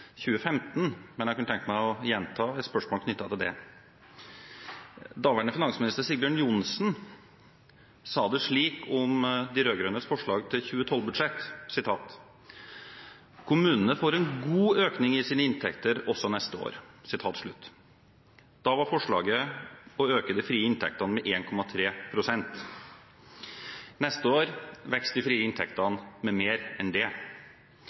2015. Jeg kunne tenke meg å gjenta et spørsmål knyttet til det. Daværende finansminister Sigbjørn Johnsen sa det slik om de rød-grønnes forslag til 2012-budsjett: «Kommunene får en god økning i sine inntekter også neste år.» Da var forslaget å øke de frie inntektene med 1,3 pst. Neste år vokser de frie inntektene med mer enn det.